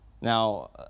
Now